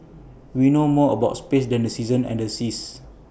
we know more about space than the seasons and the seas